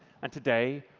and today,